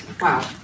Wow